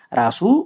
rasu